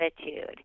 attitude